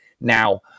now